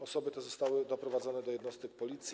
Osoby te zostały doprowadzone do jednostek Policji.